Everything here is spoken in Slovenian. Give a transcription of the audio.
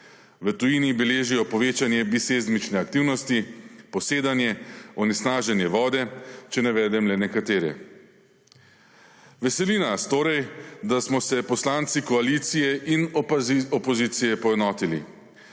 V tujini beležijo bisezmične aktivnosti, posedanje, onesnaženje vode, če navedem le nekatere. Veseli nas torej, da smo se poslanci koalicije in opozicije poenotili.